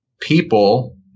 People